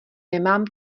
nemám